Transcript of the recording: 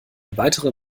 weitere